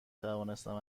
توانستم